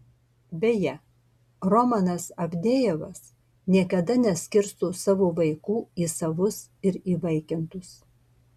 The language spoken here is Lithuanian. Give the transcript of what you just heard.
beje romanas avdejevas niekada neskirsto savo vaikų į savus ir įvaikintus